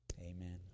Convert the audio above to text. Amen